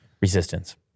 resistance